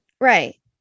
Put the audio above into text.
Right